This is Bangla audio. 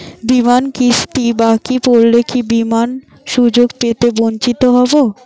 বিমার কিস্তি বাকি পড়লে কি বিমার সুযোগ থেকে বঞ্চিত হবো?